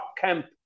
camp